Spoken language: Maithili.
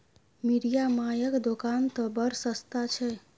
मिरिया मायक दोकान तए बड़ सस्ता छै